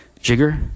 jigger